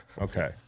Okay